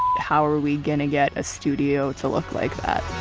how are we going to get a studio to look like that?